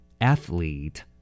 athlete